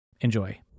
Enjoy